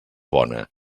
bona